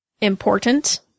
important